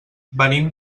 venim